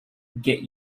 get